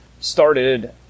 Started